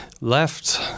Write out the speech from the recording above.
left